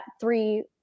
three